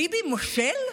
ביבי מושל?